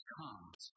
comes